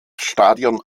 stadion